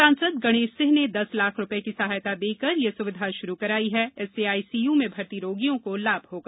सांसद गणेश सिंह ने दस लाख रुपये की सहायता देकर यह सुविधा शुरू कराई है इससे आईसीयू में भर्ती रोगियों को लाभ होगा